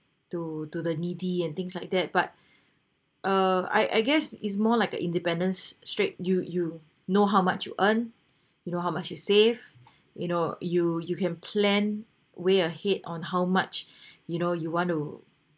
to to the needy and things like that but uh I I guess is more like a independence strict you you know how much you earn you know how much you save you know you you can plan way ahead on how much you know you want to